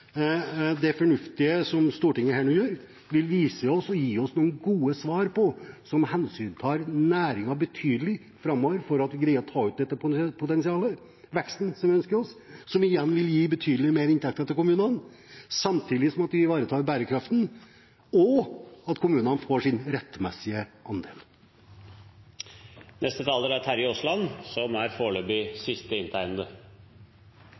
det fornuftige Stortinget nå gjør, vil vise seg å gi oss noen gode svar som tar betydelig hensyn til næringen framover for å greie å ta ut dette potensialet – veksten som vi ønsker oss, og som igjen vil gi betydelig mer inntekter til kommunene, samtidig som vi ivaretar bærekraften og kommunene får sin rettmessige andel. Jeg synes bare det var litt viktig å ta ordet en gang til, i og med at de som